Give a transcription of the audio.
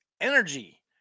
energy